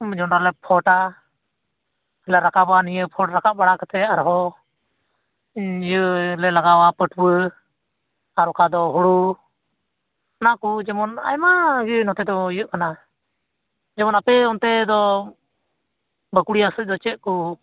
ᱡᱚᱱᱰᱨᱟ ᱞᱮ ᱯᱷᱚᱴᱟ ᱨᱟᱠᱟᱵᱟ ᱱᱤᱭᱟᱹ ᱯᱷᱚᱴ ᱨᱟᱠᱟᱵ ᱵᱟᱲᱟ ᱠᱟᱛᱮᱫ ᱟᱨᱦᱚᱸ ᱤᱭᱟᱹᱞᱮ ᱞᱟᱜᱟᱣᱟ ᱯᱟᱹᱴᱷᱩᱭᱟᱹ ᱟᱨ ᱚᱠᱟᱫᱚ ᱦᱩᱲᱩ ᱚᱱᱟᱠᱚ ᱡᱮᱢᱚᱱ ᱟᱭᱢᱟᱜᱮ ᱱᱚᱛᱮ ᱫᱚ ᱦᱩᱭᱩᱜ ᱠᱟᱱᱟ ᱡᱮᱢᱚᱱ ᱟᱯᱮ ᱚᱱᱛᱮ ᱫᱚ ᱵᱟᱸᱠᱩᱲᱟ ᱥᱮᱡ ᱫᱚ ᱪᱮᱫ ᱠᱚ